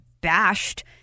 bashed